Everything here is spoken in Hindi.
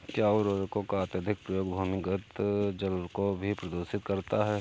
क्या उर्वरकों का अत्यधिक प्रयोग भूमिगत जल को भी प्रदूषित करता है?